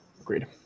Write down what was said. agreed